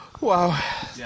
Wow